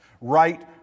right